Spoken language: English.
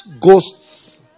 Ghosts